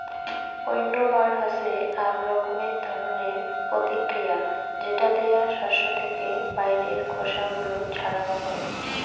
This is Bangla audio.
উইন্নবার হসে আক রকমের ধরণের প্রতিক্রিয়া যেটা দিয়া শস্য থেকে বাইরের খোসা গুলো ছাড়ানো হই